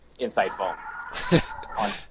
insightful